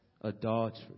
adultery